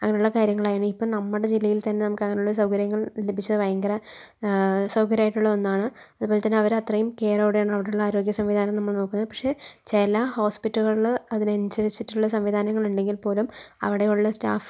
അങ്ങനേയുള്ള കാര്യങ്ങളായിരുന്നു ഇപ്പം നമ്മടെ ജില്ലയിൽ തന്നെ നമുക്ക് അതിനുള്ള സൗകര്യങ്ങൾ ലഭിച്ച ഭയങ്കര സൗകര്യമായിട്ടുള്ള ഒന്നാണ് അതുപോലെത്തന്നെ അവരത്രേയും കെയറോടെയാണ് അവിടുള്ള ആരോഗ്യ സംവിധാനം നമ്മളെ നോക്കുന്നത് പക്ഷേ ചില ഹോസ്പിറ്റലുകളില് അതിനനുസരിച്ചിട്ടുള്ള സംവിധാനങ്ങൾ ഉണ്ടെങ്കിൽ പോലും അവടെയുള്ള സ്റ്റാഫ്സ്